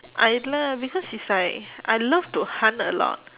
I love because it's like I love to hunt a lot